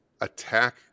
attack